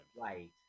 right